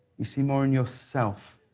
you see more in yourself